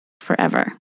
forever